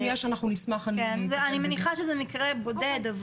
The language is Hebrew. אני מניחה שזה מקרה בודד,